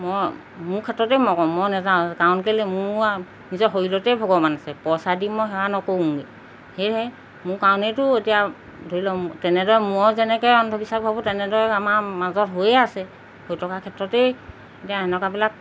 মই মোৰ ক্ষেত্ৰতে মই ক'ম মই নাযাওঁ কাৰণ কেলে ম নিজৰ শৰীৰতে ভগৱান আছে পইচা দি মই সেৱা নকৰোঁগৈ সেয়েহে মোৰ কাৰণেতো এতিয়া ধৰি লওক তেনেদৰে ময়ো যেনেকৈ অন্ধবিশ্বাস ভাবোঁ তেনেদৰে আমাৰ মাজত হৈয়ে আছে হৈ থকাৰ ক্ষেত্ৰতেই এতিয়া এনেকুৱাবিলাক